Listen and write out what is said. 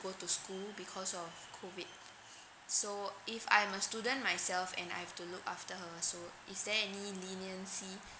go to school because of COVID so if I'm a student myself and I've to look after her so is there any leniency